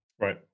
Right